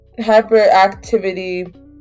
Hyperactivity